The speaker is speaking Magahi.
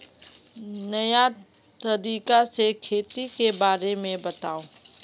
नया तरीका से खेती के बारे में बताऊं?